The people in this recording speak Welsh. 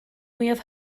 mwyaf